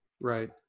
Right